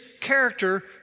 character